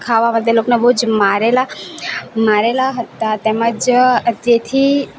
ખાવા બદલ એ લોકોને બહુ જ મારેલા મારેલા હતા તેમજ જેથી